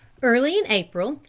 early in april,